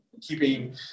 keeping